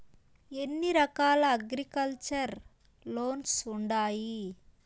ఎన్ని రకాల agriculture loans ఉండాయి